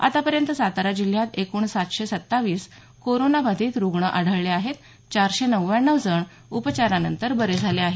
आत्तापर्यंत सातारा जिल्ह्यात एकूण सातशे सत्तावीस कोरोनाबाधित रुग्ण आढळले असून चारशे नव्व्याण्णव जण उपचारानंतर बरे झाले आहेत